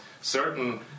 certain